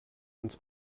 ins